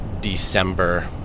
December